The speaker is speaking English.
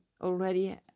already